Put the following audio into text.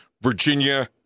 Virginia